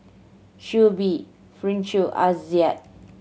Shuib Farish Aizat